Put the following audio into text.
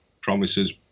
promises